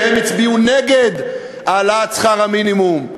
שהם הצביעו נגד העלאת שכר המינימום.